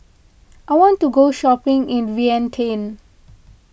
I want to go shopping in Vientiane